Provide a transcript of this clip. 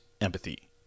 empathy